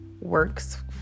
works